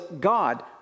God